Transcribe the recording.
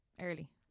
early